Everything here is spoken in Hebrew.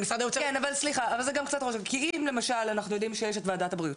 כי אם למשל אנחנו יודעים שיש את ועדת הבריאות,